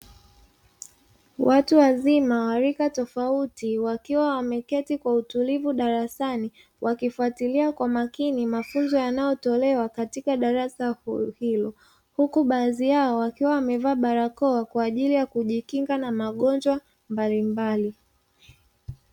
Watu wazima wa rika tofauti, wakiwa wameketi kwa utulivu darasani, wakifuatilia kwa umakini mafunzo yanayotolewa katika darasa huru hilo, huku baadhi yao wakiwa wamevaa barakoa kwa ajili ya kujikinga na magonjwa mbalimbali.